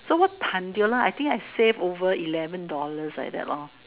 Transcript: so wa tan tio lah I think I save over eleven dollars like that lor